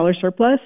surplus